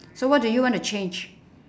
so what do you want to change